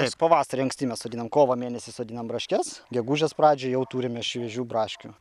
taip pavasarį anksti mes sodinam kovo mėnesį sodinam braškes gegužės pradžioj jau turime šviežių braškių